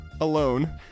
alone